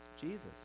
Jesus